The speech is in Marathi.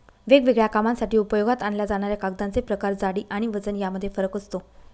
वेगवेगळ्या कामांसाठी उपयोगात आणल्या जाणाऱ्या कागदांचे प्रकार, जाडी आणि वजन यामध्ये फरक असतो